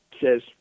says